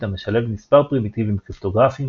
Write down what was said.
המשלבת מספר פרימיטיבים קריפטוגרפיים,